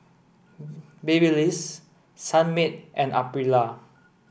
Babyliss Sunmaid and Aprilia